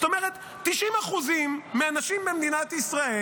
זאת אומרת, 90% מהנשים ממדינת ישראל